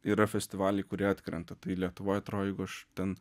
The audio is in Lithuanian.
yra festivaliai kurie atkrenta tai lietuvoj atrodo jeigu aš ten